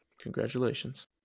congratulations